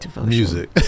music